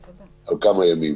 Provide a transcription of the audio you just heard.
על כמה ימים,